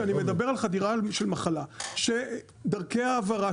כשאני מדבר על חדירה של מחלה שדרכי ההעברה